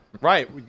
Right